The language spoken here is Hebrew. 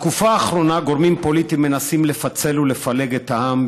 בתקופה האחרונה גורמים פוליטיים מנסים לפצל ולפלג את העם,